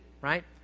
right